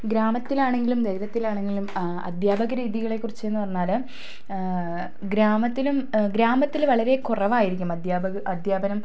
ഗ്രാമത്തിലാണെങ്കിലും നഗരത്തിലാണെങ്കിലും അധ്യാപക രീതികളെ കുറിച്ച് എന്ന് പറഞ്ഞാൽ ഗ്രാമത്തിലും ഗ്രാമത്തിൽ വളരെ കുറവായിരിക്കും അധ്യാപക അധ്യാപനം